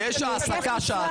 כי היקף משרה,